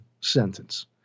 sentence